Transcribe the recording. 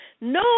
No